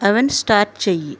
oven start చెయ్యి